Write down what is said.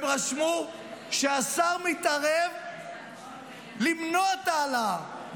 הם רשמו שהשר מתערב למנוע את ההעלאה.